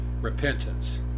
repentance